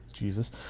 Jesus